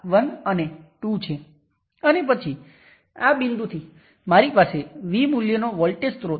5 millisiemens 10 volt છે